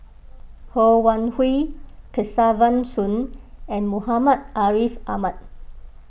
Ho Wan Hui Kesavan Soon and Muhammad Ariff Ahmad